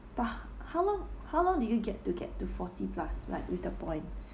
but how long how long did you get to get to forty plus like with the points